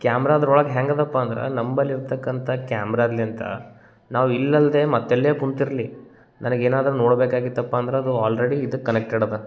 ಕ್ಯಾಮ್ರದ್ರೊಳಗ ಹೆಂಗದಪ್ಪ ಅಂದ್ರ ನಂಬಲಿರ್ತಕ್ಕಂಥ ಕ್ಯಾಮ್ರಲಿಂತ್ರ ನಾವು ಇಲ್ಲಲ್ದೆ ಮತ್ತೆಲ್ಲೇ ಕುಂತಿರಲಿ ನನಗೇನಾದರು ನೋಡಬೇಕಾಗಿತ್ತಪ್ಪ ಅಂದ್ರ ಅದು ಆಲ್ರೆಡಿ ಇದಕ್ಕೆ ಕನೆಕ್ಟೆಡ್ ಅದ